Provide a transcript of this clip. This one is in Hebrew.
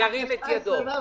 ירים את ידו.